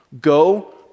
Go